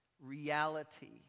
reality